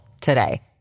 today